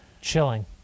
Chilling